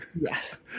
yes